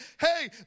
hey